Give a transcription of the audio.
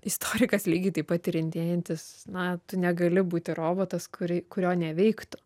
istorikas lygiai taip pat tyrinėjantis na tu negali būti robotas kurį kurio neveiktų